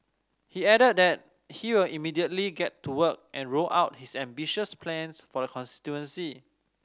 he added that he will immediately get to work and roll out his ambitious plans for the constituency